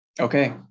Okay